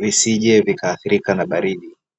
visije vikaathirika na baridi.